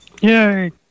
Yay